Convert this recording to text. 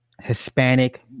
Hispanic